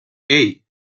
hey